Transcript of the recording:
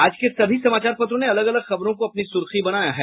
आज के सभी समाचार पत्रों ने अलग अलग खबरों को अपनी सुर्खी बनायी है